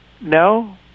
No